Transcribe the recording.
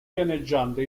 pianeggiante